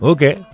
Okay